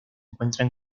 encuentra